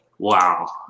Wow